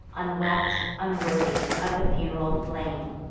unwept, unworthy, of the fun'ral flame,